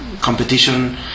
competition